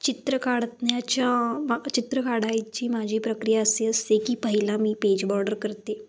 चित्र काढण्याच्या मा चित्र काढायची माझी प्रक्रिया अशी असते की पहिला मी पेज बॉर्डर करते